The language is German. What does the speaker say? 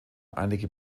einige